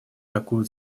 такую